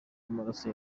amaraso